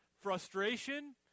frustration